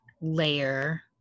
layer